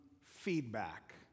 feedback